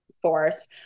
Force